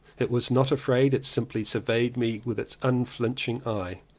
it was not afraid, it simply surveyed me with its un flinching eye.